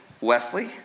Wesley